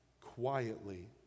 quietly